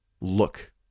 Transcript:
look